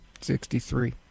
Sixty-three